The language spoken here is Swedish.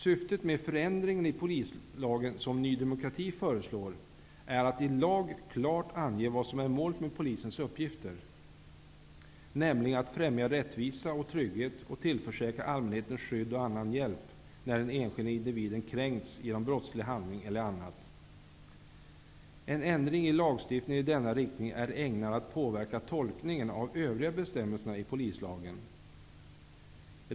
Syftet med förändringen i polislagen som Ny demokrati föreslår är att i lag klart ange vad som är målet för polisens uppgifter, nämligen att främja rättvisa och trygghet och tillförsäkra allmänheten skydd och annnan hjälp när den enskilda individen kränkts genom brottslig handling eller annat. En ändring av lagstiftningen i denna riktning är ägnad att påverka tolkningen av övriga bestämmelser i polislagen.